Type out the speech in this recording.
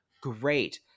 great